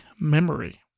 memory